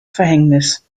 verhängnis